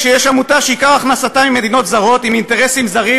כשיש עמותה שעיקר הכנסתה ממדינות זרות עם אינטרסים זרים,